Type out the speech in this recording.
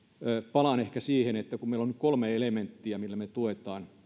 palaan siihen kun meillä on nyt kolme elementtiä millä me tuemme